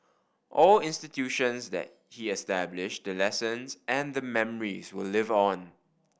all institutions that he established the lessons and the memories will live on